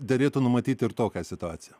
derėtų numatyti ir tokią situaciją